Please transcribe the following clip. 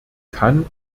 kann